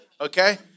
okay